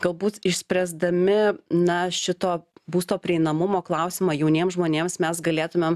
galbūt išspręsdami na šito būsto prieinamumo klausimą jauniem žmonėms mes galėtumėm